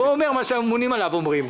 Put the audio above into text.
פה הוא אומר את מה שהממונים עליו אומרים.